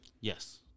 Yes